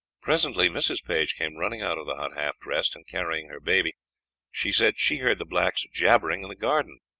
presently mrs. page came running out of the hut half dressed, and carrying her baby she said she heard the blacks jabbering in the garden.